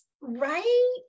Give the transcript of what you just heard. Right